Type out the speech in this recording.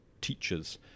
teachers